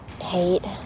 hate